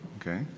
okay